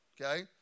okay